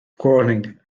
corning